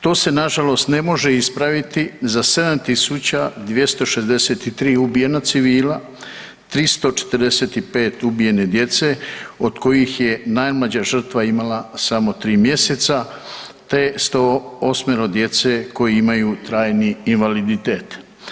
To se na žalost ne može ispraviti za 7263 ubijena civila, 345 ubijene djece od kojih je najmlađa žrtva imala samo tri mjeseca te 108 djece koji imaju trajni invaliditet.